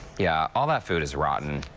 yeah, all that food is rotten.